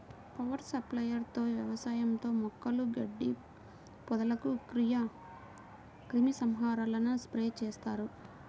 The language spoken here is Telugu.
పవర్ స్ప్రేయర్ తో వ్యవసాయంలో మొక్కలు, గడ్డి, పొదలకు క్రిమి సంహారకాలను స్ప్రే చేస్తారు